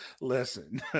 Listen